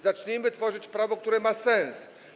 Zacznijmy tworzyć prawo, które ma sens.